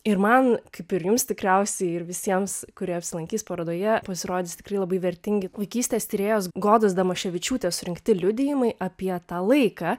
ir man kaip ir jums tikriausiai ir visiems kurie apsilankys parodoje pasirodys tikrai labai vertingi vaikystės tyrėjos godos damaševičiūtės surinkti liudijimai apie tą laiką